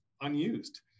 unused